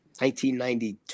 1992